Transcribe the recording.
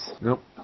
Nope